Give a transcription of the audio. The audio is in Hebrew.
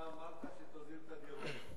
אתה אמרת שתוזיל את הדירות.